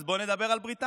אז בואו נדבר על בריטניה.